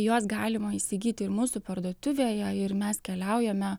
juos galima įsigyti ir mūsų parduotuvėje ir mes keliaujame